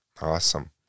awesome